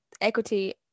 equity